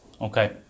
Okay